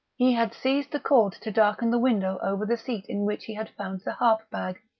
he had seized the cord to darken the window over the seat in which he had found the harp-bag,